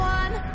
one